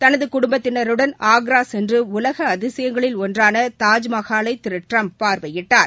தனது குடும்பத்தினருடன் ஆக்ரா சென்று உலக அதிசயங்களில் ஒன்றான தாஜ்மஹாலை திரு டிரம்ப் பார்வையிட்டார்